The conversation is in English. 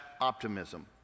optimism